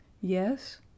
Yes